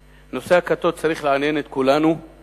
רמות, כל האזורים